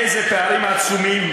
איזה פערים עצומים,